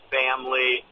family